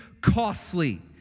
costly